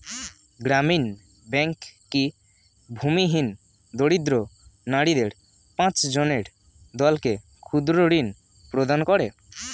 গ্রামীণ ব্যাংক কি ভূমিহীন দরিদ্র নারীদের পাঁচজনের দলকে ক্ষুদ্রঋণ প্রদান করে?